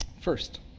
First